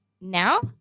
now